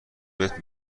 بهت